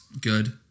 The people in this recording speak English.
good